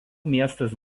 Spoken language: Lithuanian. miestas